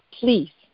Please